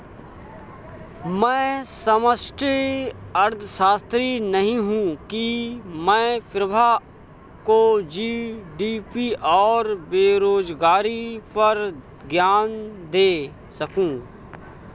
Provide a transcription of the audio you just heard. मैं समष्टि अर्थशास्त्री नहीं हूं की मैं प्रभा को जी.डी.पी और बेरोजगारी पर ज्ञान दे सकूं